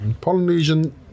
Polynesian